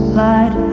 light